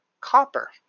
copper